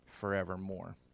forevermore